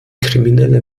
kriminelle